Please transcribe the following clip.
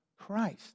Christ